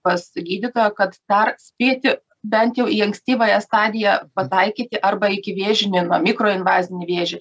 pas gydytoją kad dar spėti bent jau į ankstyvąją stadiją pataikyti arba ikivėžinį nu mikro invazinį vėžį